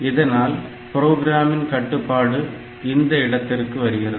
இதனால் புரோகிராமின் கட்டுப்பாடு இந்த இடத்திற்கு வருகிறது